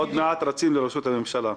עוד מעט רצים לרשות הממשלה.